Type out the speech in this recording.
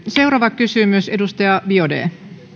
seuraava kysymys edustaja biaudet